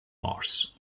mars